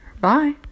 Bye